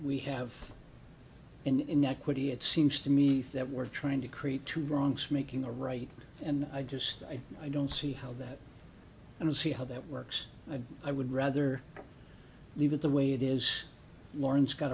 we have in equity it seems to me that we're trying to create two wrongs making a right and i just i don't see how that and see how that works i would rather leave it the way it is lawrence got